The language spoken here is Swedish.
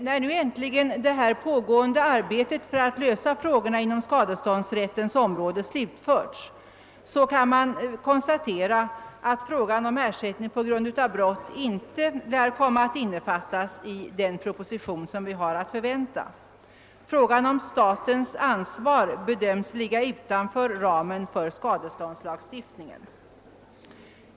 När nu äntligen det pågående arbetet med att lösa frågorna inom skadeståndsrättens område slutförts, kan man konstatera att frågan om ersättning för skada på grund av brott inte lär komma att innefattas i den proposition som vi har att förvänta. Frågan om statens ansvar bedöms ligga utanför ramen för skadeståndslagstiftningen.